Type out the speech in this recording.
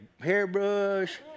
hairbrush